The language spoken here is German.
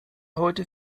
heute